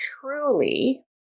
truly